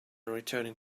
returning